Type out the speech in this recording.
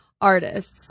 Artists